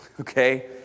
okay